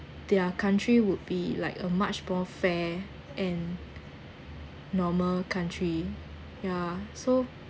their country would be like a much more fair and normal country yeah so